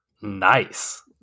nice